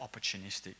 opportunistic